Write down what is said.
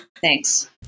Thanks